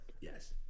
Yes